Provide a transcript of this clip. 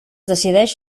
decideix